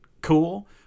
cool